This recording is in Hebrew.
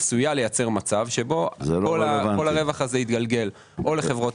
עשויה לייצר מצב שבו כל הרווח הזה יתגלגל או לחברות